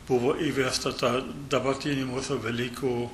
buvo įvesta ta dabartinė mūsų velykų